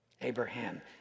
Abraham